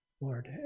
Lord